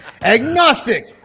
Agnostic